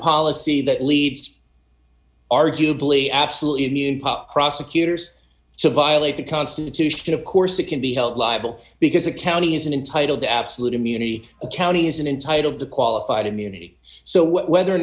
policy that leaves arguably absolutely prosecutors to violate the constitution of course it can be held liable because a county isn't entitle to absolute immunity the county isn't entitle to qualified immunity so whether or